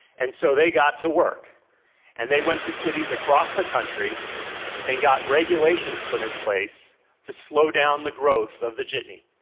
and so they got to work and they went to cities across the country and got regulations put in place to slow down the growth of the jitney.